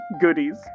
goodies